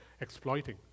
exploiting